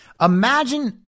Imagine